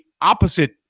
opposite